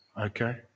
Okay